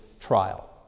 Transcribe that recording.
trial